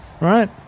right